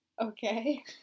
Okay